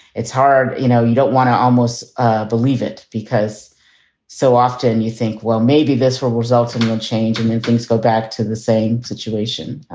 it's hard. you know, you don't want to almost believe it because so often you think, well, maybe this results and you'll change and then things go back to the same situation.